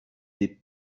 des